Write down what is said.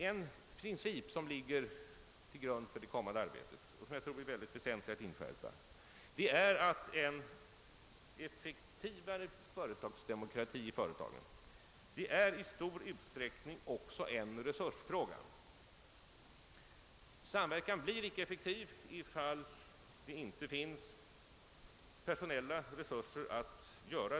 En princip som ligger till grund för det kommande arbetet, och som jag tror det är mycket väsentligt att inskärpa, är att en effektivare företagsdemokrati i stor utsträckning också är en resursfråga. Samverkan blir icke effektiv om det inte finns personella resurser.